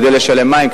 כדי לשלם עבור מים,